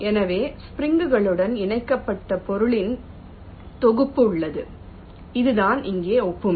எனவே ஸ்ப்ரிங் களுடன் இணைக்கப்பட்ட பொருள்களின் தொகுப்பு உள்ளது இதுதான் இங்கே ஒப்புமை